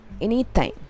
anytime